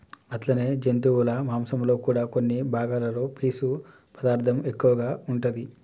అట్లనే జంతువుల మాంసంలో కూడా కొన్ని భాగాలలో పీసు పదార్థం ఎక్కువగా ఉంటాది